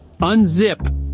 unzip